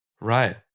Right